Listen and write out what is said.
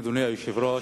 אדוני היושב-ראש,